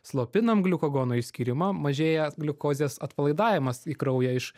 slopinam gliukagono išskyrimą mažėja gliukozės atpalaidavimas į kraują iš